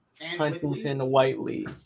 Huntington-Whiteley